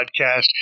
podcast